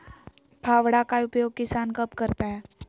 फावड़ा का उपयोग किसान कब करता है?